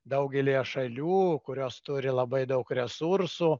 daugelyje šalių kurios turi labai daug resursų